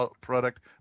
product